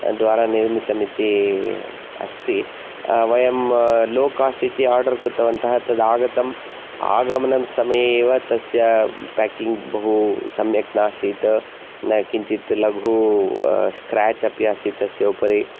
द्वारा निर्मितम् इति अस्ति वयं लो कास्ट् इति आर्डर् कृतवन्तः तद् आगतम् आगमनं समये एव तस्य पैकिङ् बहु सम्यक् नासीत् किञ्चित् लघु स्क्रैच् अपि आसीत् तस्य उपरि